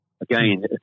Again